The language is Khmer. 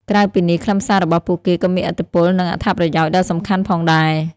ក្រៅពីនេះ ខ្លឹមសាររបស់ពួកគេក៏មានឥទ្ធិពល និងអត្ថប្រយោជន៍ដ៏សំខាន់ផងដែរ។